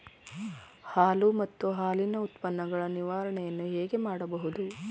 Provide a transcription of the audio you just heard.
ಹಾಲು ಮತ್ತು ಹಾಲಿನ ಉತ್ಪನ್ನಗಳ ನಿರ್ವಹಣೆಯನ್ನು ಹೇಗೆ ಮಾಡಬಹುದು?